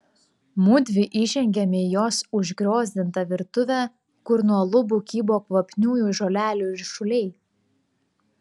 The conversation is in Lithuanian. mudvi įžengiame į jos užgriozdintą virtuvę kur nuo lubų kybo kvapniųjų žolelių ryšuliai